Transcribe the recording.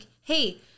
hey